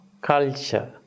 culture